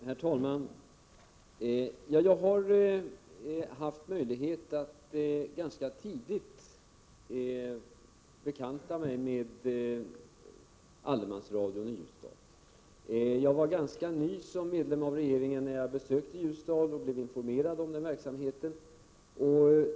Herr talman! Jag har haft möjlighet att ganska tidigt bekanta mig med allemansradion i Ljusdal. Jag var ganska ny som medlem av regeringen när jag besökte Ljusdal och blev informerad om verksamheten.